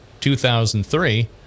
2003